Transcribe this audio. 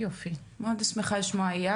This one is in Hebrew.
יופי, אני מאוד שמחה לשמוע איל